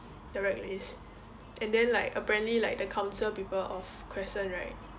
the grad list and then like apparently like the council people of crescent right